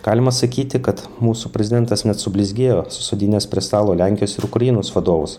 galima sakyti kad mūsų prezidentas net sublizgėjo susodinęs prie stalo lenkijos ir ukrainos vadovus